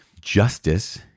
justice